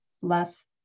less